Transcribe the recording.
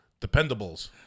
Dependables